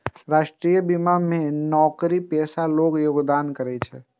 राष्ट्रीय बीमा मे नौकरीपेशा लोग योगदान करै छै